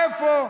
איפה?